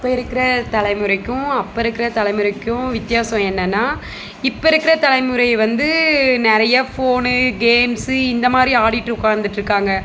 இப்போ இருக்கிற தலைமுறைக்கும் அப்போ இருக்கிற தலைமுறைக்கும் வித்தியாசம் என்னன்னா இப்போ இருக்கிற தலைமுறை வந்து நிறைய ஃபோனு கேம்ஸ்ஸு இந்தமாதிரி ஆடிட்டு உட்காந்துட்டு இருக்காங்கள்